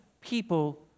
people